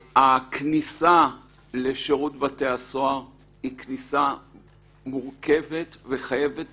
הכניסה לשירות בתי הסוהר היא כניסה מורכבת וחייבת